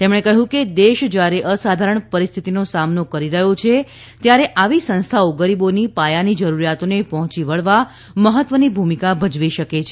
તેમણે કહ્યું કે દેશ જયારે અસાધારણ પરિસ્થિતિનો સામનો કરી રહ્યો છે ત્યારે આવી સંસ્થાઓ ગરીબોની પાયાની જરૂરિયાતોને પહોમચી વળવા મહત્વની ભૂમિકા ભજવી શકે છે